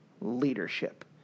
leadership